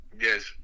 Yes